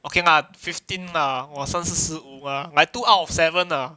okay lah fifteen lah 我剩四十五 mah I two out of seven ah